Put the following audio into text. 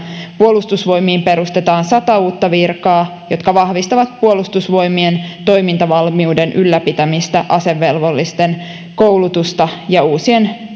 puolustusvoimiin perustetaan sata uutta virkaa jotka vahvistavat puolustusvoimien toimintavalmiuden ylläpitämistä asevelvollisten koulutusta ja uusien